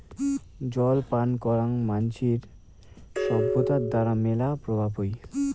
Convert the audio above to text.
জল পান করাং মানসির সভ্যতার দ্বারা মেলা প্রভাব হই